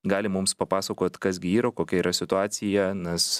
gali mums papasakot kas gi yra kokia yra situacija nes